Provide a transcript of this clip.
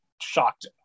shocked